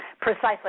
Precisely